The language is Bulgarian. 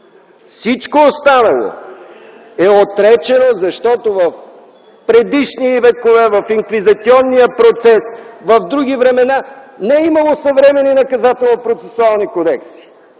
Всичко останало е отречено, защото в предишни векове, в инквизационния процес, в други времена не е имало съвременни наказателно-процесуални кодекси.